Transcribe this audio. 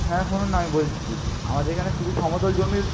হ্যাঁ শুনুন না আমি বলছি কী আমাদের এখানে শুধু সমতল জমির